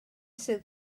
sydd